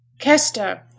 Kester